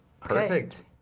Perfect